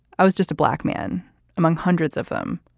i was just a black man among hundreds of them.